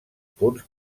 punts